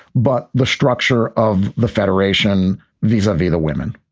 but the structure of the federation vis-a-vis the women?